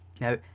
now